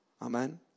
Amen